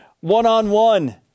one-on-one